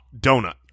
donut